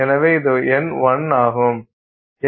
எனவே இது எண் 1 ஆகும்